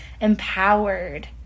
empowered